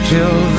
Till